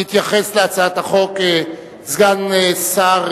יתייחס להצעת החוק סגן שר